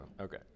Okay